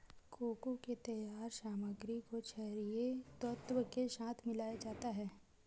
cocoa के तैयार सामग्री को छरिये तत्व के साथ मिलाया जाता है